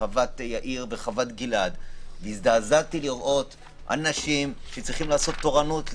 בחוות יאיר ובחוות גלעד והזדעזעתי לראות אנשים שצריכים לעשות תורנות,